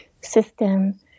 system